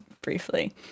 briefly